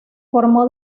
formó